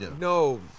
no